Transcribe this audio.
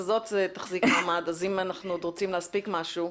הזאת תחזיק מעמד אז אם אנחנו עוד רוצים להספיק משהו,